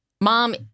Mom